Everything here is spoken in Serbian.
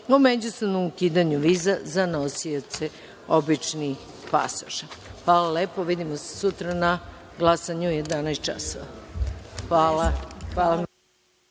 o međusobnom ukidanju viza za nosioce običnih pasoša. Hvala lepo. Vidimo se sutra na glasanju u 11.00 časova.